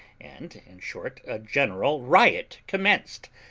and in short a general riot commenced.